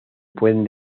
pueden